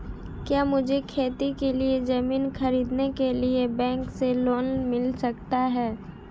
क्या मुझे खेती के लिए ज़मीन खरीदने के लिए बैंक से लोन मिल सकता है?